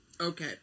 Okay